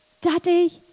Daddy